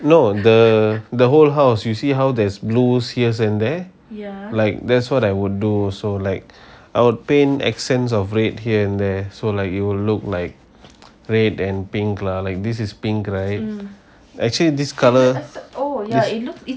no the the whole house you see how there's blue here and there like that's what I would do also like I would paint accents of red here and there so like it will look like red and pink lah like this is pink right actually this colour this